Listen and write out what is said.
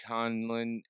Conlon